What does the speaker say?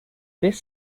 this